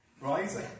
Right